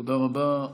תודה רבה.